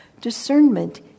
Discernment